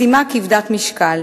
משימה כבדת משקל.